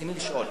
ברצוני לשאול: